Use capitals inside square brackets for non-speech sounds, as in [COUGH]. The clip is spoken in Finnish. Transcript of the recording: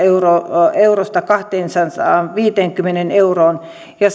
eurosta kahteensataanviiteenkymmeneen euroon ja [UNINTELLIGIBLE]